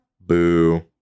boo